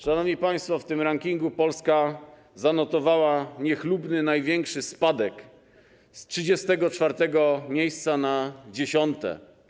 Szanowni państwo, w tym rankingu Polska zanotowała niechlubny największy spadek, z 34. miejsca na 10.